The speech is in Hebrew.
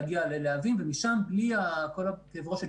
להגיע ללהבים ומשם בלי כל כאב הראש של